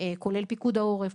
כולל פיקוד העורף,